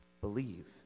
Believe